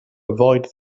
avoid